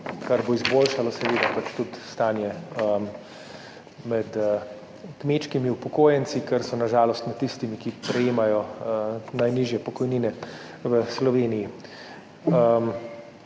seveda izboljšalo tudi stanje med kmečkimi upokojenci, ker so na žalost med tistimi, ki prejemajo najnižje pokojnine v Sloveniji.